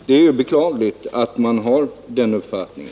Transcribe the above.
Det är beklagligt att man har den uppfattningen.